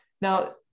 Now